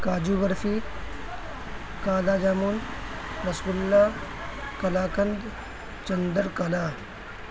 کاجو barfi kala jamun rasgulla kalakand Chandra کلا